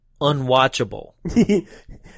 unwatchable